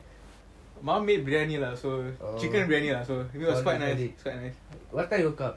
my mum made briyani lah so chicken briyani lah so it was quite nice